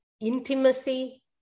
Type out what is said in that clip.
intimacy